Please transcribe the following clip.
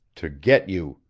to get you!